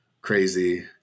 crazy